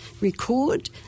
record